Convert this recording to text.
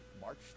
March